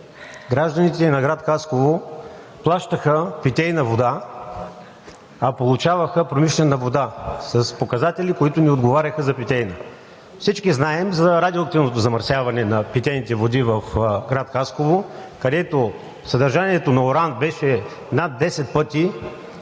гражданите на град Хасково плащаха питейна вода, а получаваха промишлена вода с показатели, които не отговаряха за питейна. Всички знаем за радиоактивното замърсяване на питейните води в град Хасково, където съдържанието на уран беше над 10 пъти,